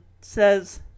says